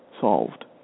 solved